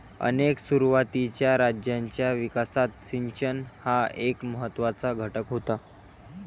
अनेक सुरुवातीच्या राज्यांच्या विकासात सिंचन हा एक महत्त्वाचा घटक होता